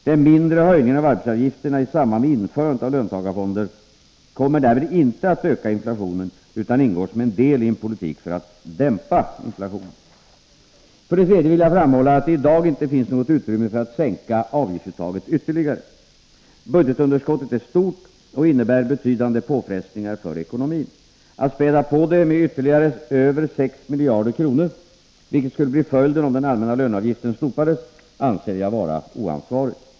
Den mindre höjningen av arbetsgivaravgifterna i samband med införandet av löntagarfonderna kommer därmed inte att öka inflationen utan ingår som en del i en politik för att dämpa inflationen. För det tredje vill jag framhålla att det i dag inte finns något utrymme för att sänka avgiftsuttaget ytterligare. Budgetunderskottet är stort och innebär betydande påfrestningar för ekonomin. Att späda på det med ytterligare över 6 miljarder kronor — vilket skulle bli följden om den allmänna löneavgiften slopades — anser jag vara oansvarigt.